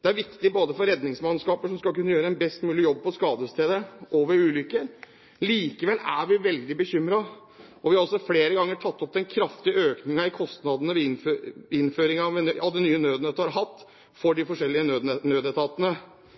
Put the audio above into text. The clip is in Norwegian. Det er viktig både for at redningsmannskaper skal kunne gjøre en best mulig jobb på skadestedet og ved ulykker. Likevel er vi veldig bekymret, og vi har flere ganger tatt opp den kraftige økningen i kostnadene innføringen av det nye nødnettet har hatt for de forskjellige nødetatene.